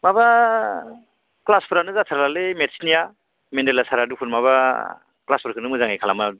माबा क्लासफ्रानो जाथारलालै मेथ्सनिया मेनदेला सारा देखुन माबा क्लासफोरखोनो मोजाङै खालामा